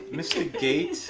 mr. gates.